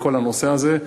בכל הנושא הזה,